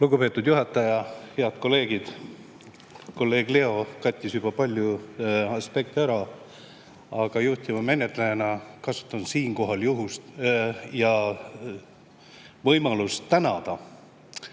Lugupeetud juhataja! Head kolleegid! Kolleeg Leo kattis juba palju aspekte ära, aga juhtiva menetlejana kasutan siinkohal juhust ja võimalust tänada